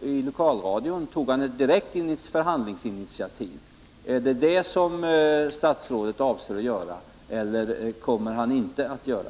i lokalradion tog han ett direkt förhandlingsinitiativ. Är det vad statsrådet avser att göra, eller kommer han inte att göra det?